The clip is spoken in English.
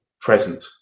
present